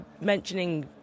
mentioning